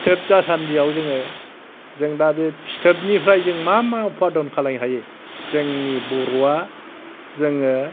फिथोब जासान्दियाव जोङो जों दा बे फिथोबनिफ्राय जोङो मा मा उपादन खालामनो हायो जोंनि बर'आ जोङो